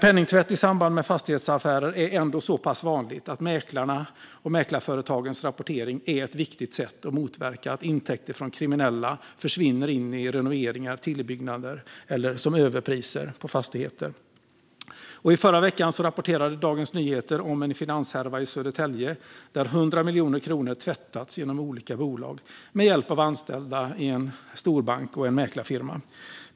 Penningtvätt i samband med fastighetsaffärer är ändå något så pass vanligt att mäklarnas och mäklarföretagens rapportering är ett viktigt sätt att motverka att intäkter från kriminella försvinner in i renoveringar eller tillbyggnader eller som överpriser på fastigheter. Förra veckan rapporterade Dagens Nyheter om en finanshärva i Södertälje där 100 miljoner kronor tvättats genom olika bolag med hjälp av anställda i en storbank och en mäklarfirma.